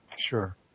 sure